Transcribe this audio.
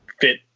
fit